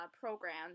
programs